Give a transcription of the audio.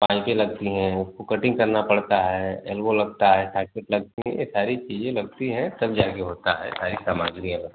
पाइपें लगती हैं उनको कटिंग करना पड़ता है एल्बो लगता है प्लास्टिक लगती है ये सारी चीज़ें लगती हैं तब जाके होता है सारी सामाग्री